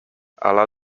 ala